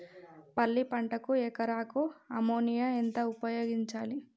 పల్లి పంటకు ఎకరాకు అమోనియా ఎంత ఉపయోగించాలి?